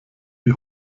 die